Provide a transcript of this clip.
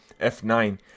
F9